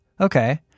Okay